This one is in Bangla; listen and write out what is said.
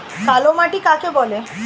কালো মাটি কাকে বলে?